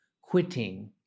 quitting